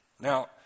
Now